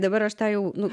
dabar aš tą jau nu